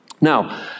Now